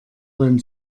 beim